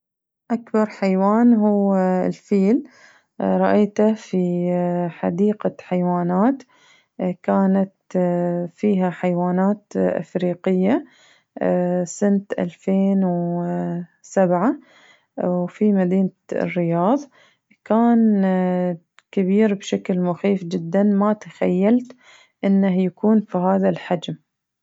أكبر حيوان هو الفيل رأيته في حديقة حيوانات كانت فيها حيوانات إفريقية سنة ألفين و وسبعة وفي مدينة الرياض كان كبير بشكل مخيف جداً، ما تخيلت إنه يكون في هذا الحجم.